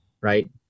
right